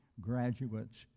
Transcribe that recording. graduates